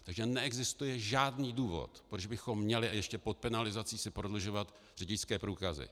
Takže neexistuje žádný důvod, proč bychom si měli, a ještě pod penalizací, prodlužovat řidičské průkazy.